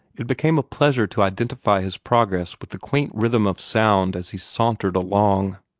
it became a pleasure to identify his progress with the quaint rhythm of sound as he sauntered along.